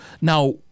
Now